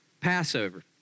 Passover